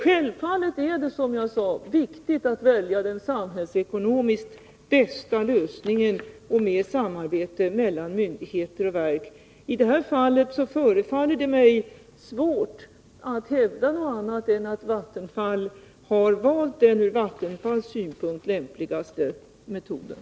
Självfallet är det, som jag sade, viktigt att välja den samhällsekonomiskt bästa lösningen, med samarbete mellan myndigheter och verk. I det här fallet förefaller det mig svårt att hävda något annat än att Vattenfall har valt den ur Vattenfalls synpunkt lämpligaste metoden.